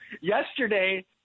Yesterday